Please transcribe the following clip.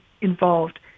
involved